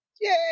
Yay